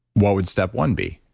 what would step one be?